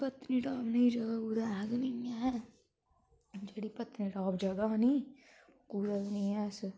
पत्नीटाप जनेही जगह कुदै ऐ गै नी ऐ जेह्ड़ी पत्नीटाप जगह् नी कुतै बी नेईं ऐ ऐसी